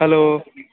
hello